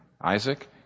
Isaac